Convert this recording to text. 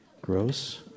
Gross